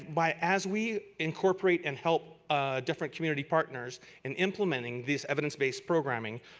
by as we incorporate and help ah different community partners and implementing these evidence based programming,